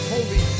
Holy